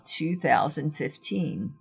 2015